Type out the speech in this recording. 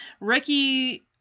Ricky